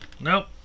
Nope